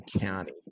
county